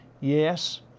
Yes